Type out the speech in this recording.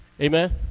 Amen